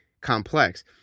complex